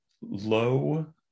low